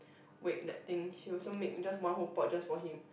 wait that thing she also make just one whole pot just for him